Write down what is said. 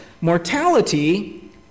Mortality